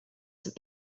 some